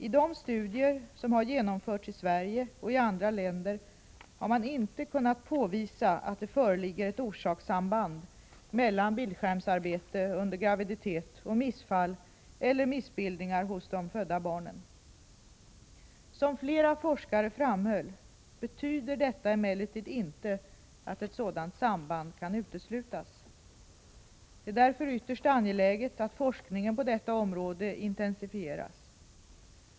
I de studier som har genomförts i Sverige och i andra länder har man inte kunnat påvisa att det föreligger ett orsakssamband mellan bildskärmsarbete under graviditet och missfall eller missbildningar hos de födda barnen. Som flera forskare framhöll betyder detta emellertid inte att ett sådant samband kan uteslutas. Det är därför ytterst angeläget att forskningen på detta område intensifieras.